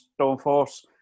Stormforce